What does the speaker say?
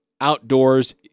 outdoors